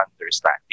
understanding